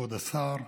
כבוד השר,